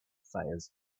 fires